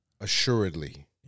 assuredly